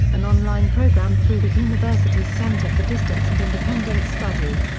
an online program through the university's center for distance and independent study.